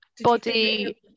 body